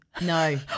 No